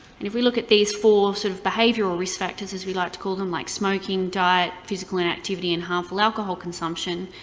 and if we look at these four sort of behavioral risk factors, as we like to call them, like smoking, diet, physical inactivity and harmful alcohol consumption,